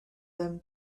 them